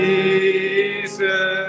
Jesus